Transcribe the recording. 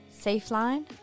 SafeLine